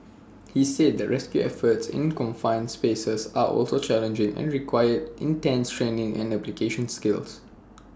he said that rescue efforts in confined spaces are also challenging and requires intense training and application skills